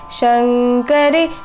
shankari